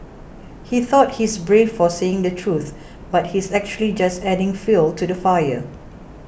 he thought he's brave for saying the truth but he's actually just adding fuel to the fire